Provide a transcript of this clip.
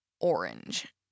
orange